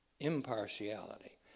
impartiality